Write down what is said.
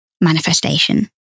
manifestation